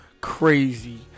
crazy